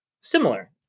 similar